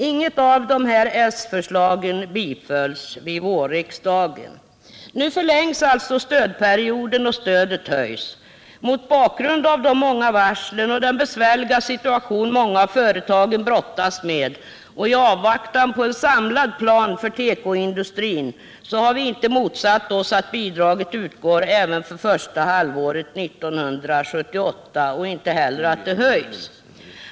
Inget av dessa s-förslag bifölls av vårriksdagen. Nu förlängs alltså stödperioden, och stödet höjs. Mot bakgrund av de många varslen och den besvärliga situation många av företagen brottas med och i avvaktan på en samlad plan för tekoni industrin har vi inte motsatt oss att bidraget utgår även för första halvåret 1978 och inte heller att det höjs.